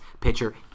pitcher